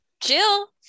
Jill